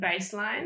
baseline